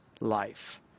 life